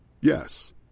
Yes